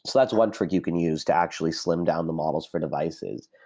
so that's one trick you can use to actually slim down the models for devices.